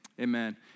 amen